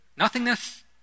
nothingness